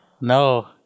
No